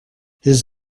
his